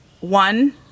one